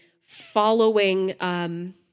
following